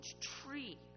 tree